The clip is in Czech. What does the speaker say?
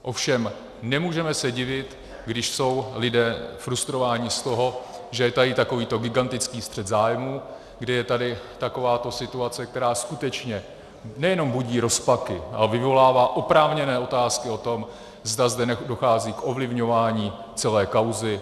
Ovšem nemůžeme se divit, když jsou lidé frustrováni z toho, že je tady takovýto gigantický střet zájmů, kdy je tady takováto situace, která skutečně nejenom budí rozpaky, ale vyvolává oprávněné otázky o tom, zda zde nedochází k ovlivňování celé kauzy.